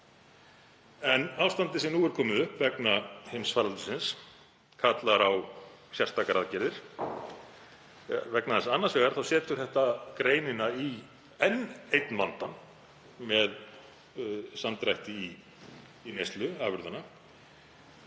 Ástandið sem nú er komið upp vegna heimsfaraldursins kallar á sértækar aðgerðir vegna þess að annars vegar setur það greinina í enn einn vandann með samdrætti í neyslu afurðanna